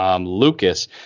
Lucas